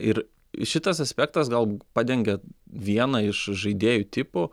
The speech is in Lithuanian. ir šitas aspektas gal padengia vieną iš žaidėjų tipų